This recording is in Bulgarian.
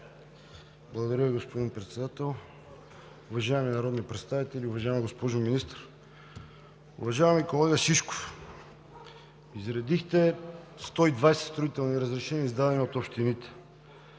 Благодаря, господин Председател. Уважаеми народни представители, уважаема госпожо Министър! Уважаеми колега Шишков, изредихте 120 строителни разрешения, издадени от общините.